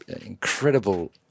incredible